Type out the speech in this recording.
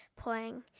playing